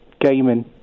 Gaming